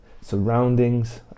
surroundings